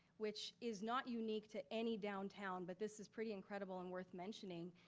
which is not unique to any downtown, but this is pretty incredible and worth mentioning,